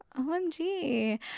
OMG